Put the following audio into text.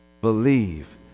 believe